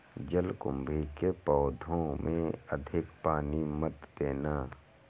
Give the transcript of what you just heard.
जलकुंभी के पौधों में अधिक पानी मत देना